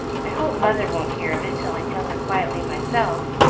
i hope mother won't hear of it till i tell her quietly myself.